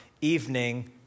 Evening